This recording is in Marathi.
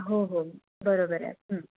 हो हो बरोबर आहे